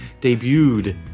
debuted